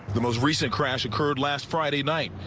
the most recent crash occurred last friday night.